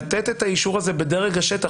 לתת את האישור הזה בדרג השטח.